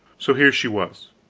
so here she was,